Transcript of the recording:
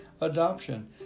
adoption